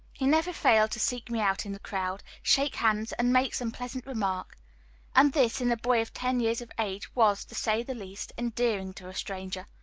he never failed to seek me out in the crowd, shake hands, and make some pleasant remark and this, in a boy of ten years of age, was, to say the least, endearing to a stranger.